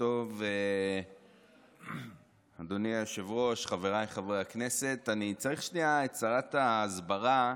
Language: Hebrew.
אני צריך שנייה את שרת ההסברה,